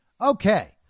Okay